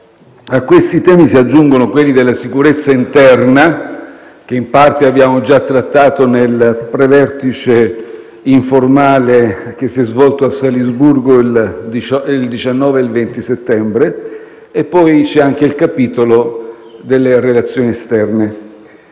A questi temi si aggiungono quelli della sicurezza interna, che in parte abbiamo già trattato nel pre-vertice informale che si è svolto a Salisburgo il 19 e il 20 settembre, il capitolo delle relazioni esterne.